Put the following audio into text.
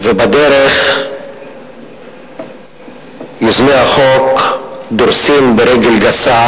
ובדרך יוזמי החוק דורסים ברגל גסה